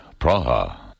Praha